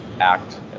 act